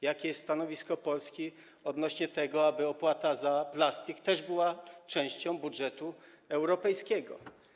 Jakie jest stanowisko Polski odnośnie do tego, aby opłata za plastik też była częścią budżetu europejskiego?